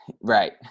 Right